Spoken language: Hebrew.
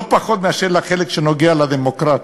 לא פחות מאשר לחלק שנוגע בדמוקרטיה,